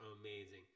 amazing